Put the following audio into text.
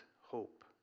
hope